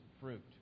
fruit